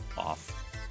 off